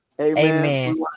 Amen